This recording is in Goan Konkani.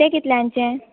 तें कितल्यांचें